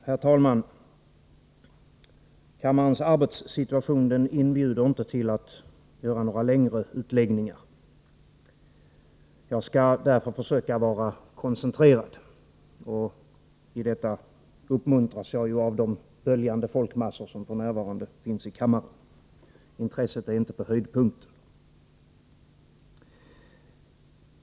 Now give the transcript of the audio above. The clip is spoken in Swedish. Herr talman! Kammarens arbetssituation inbjuder inte till att göra några längre utläggningar. Jag skall därför försöka vara koncentrerad, och i detta uppmuntras jag av de ”böljande folkmassor” som f.n. finns i kammaren. Intresset är inte på höjdpunkten.